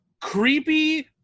creepy